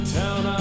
town